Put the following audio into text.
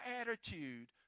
attitude